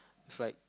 it's like